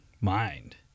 mind